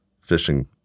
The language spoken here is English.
fishing